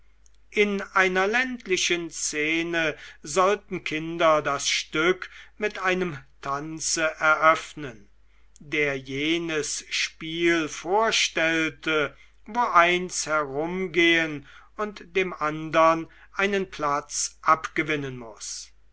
in einer ländlichen szene sollten kinder das stück mit einem tanze eröffnen der jenes spiel vorstellte wo eins herumgehen und dem andern einen platz abgewinnen muß